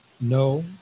No